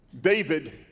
David